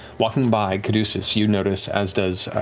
walking by, caduceus, you notice, as does,